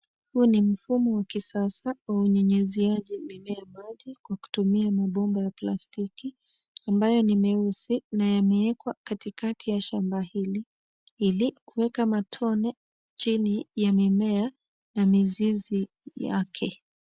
Huu ni mfumo wa kisasa wa unyunyiziaji mimea maji kwa kutumia mabomba ya plastiki, ambayo ni meusi na yamewekwa katikati ya shamba hili, ili kuweka matone chini ya mimea na mizizi yake.